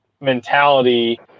mentality